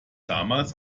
damals